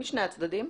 משני הצדדים,